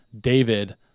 David